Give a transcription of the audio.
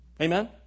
Amen